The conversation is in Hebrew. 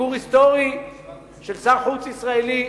ביקור היסטורי של שר חוץ ישראלי.